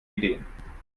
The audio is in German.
ideen